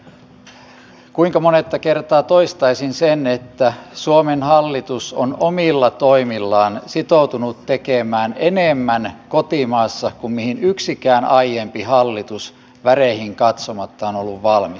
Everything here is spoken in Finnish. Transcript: en tiedä kuinka monetta kertaa toistaisin sen että suomen hallitus on omilla toimillaan sitoutunut tekemään kotimaassa enemmän kuin mihin yksikään aiempi hallitus väreihin katsomatta on ollut valmis